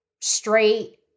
straight